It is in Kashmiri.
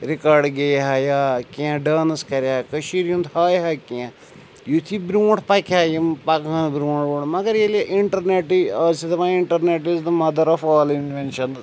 رِکارڈٕ گیٚیہِ ہا یا کیٚنٛہہ ڈانٕس کَرِہا کٔشیٖرۍ ہُنٛد ہایہِ ہا کیٚنٛہہ یُتھ یہِ برٛونٛٹھ پَکہِ ہا یِم پَکہٕ ہان برٛونٛٹھ برٛونٛٹھ مگر ییٚلہِ اِنٹَرنیٚٹٕے آز چھِ دَپان internet is the mother of all inventions